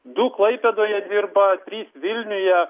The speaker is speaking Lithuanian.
du klaipėdoje dirba trys vilniuje